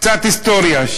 קצת היסטוריה,